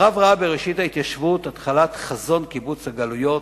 הרב ראה בראשית ההתיישבות התחלת חזון קיבוץ הגלויות,